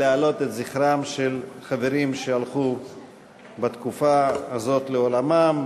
להעלות את זכרם של חברים שהלכו בתקופה הזאת לעולמם.